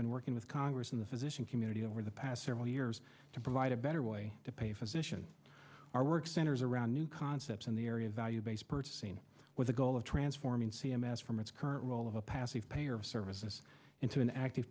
been working with congress in the physician community over the past several years to provide a better way to pay physician our work centers around new concepts in the area of value based seen with the goal of transforming c m s from its current role of a passive payer service into an active